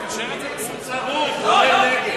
הוא צרוד, הוא עונה "נגד".